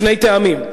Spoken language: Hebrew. שני טעמים.